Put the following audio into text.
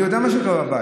אני יודע מה קורה בבית,